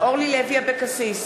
אורלי לוי אבקסיס,